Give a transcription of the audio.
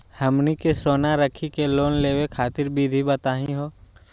हमनी के सोना रखी के लोन लेवे खातीर विधि बताही हो?